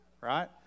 right